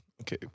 Okay